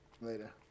Later